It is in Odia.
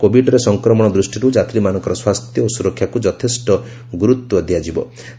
କୋବିଡରେ ସଂକ୍ରମଣ ଦୃଷ୍ଟିରୁ ଯାତ୍ରୀମାନଙ୍କର ସ୍ୱାସ୍ଥ୍ୟ ଓ ସୁରକ୍ଷାକୁ ଯଥେଷ୍ଟ ଗୁରୁତ୍ୱ ଦିଆଯବି